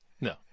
no